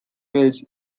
fails